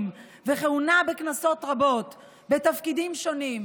וכהונה בכנסות רבות בתפקידים שונים,